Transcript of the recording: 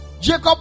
Jacob